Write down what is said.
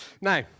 Now